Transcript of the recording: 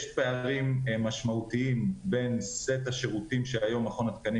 יש פערים משמעותיים בין סט השירותים שהיום מכון התקנים